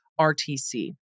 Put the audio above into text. RTC